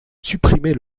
supprimer